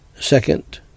Second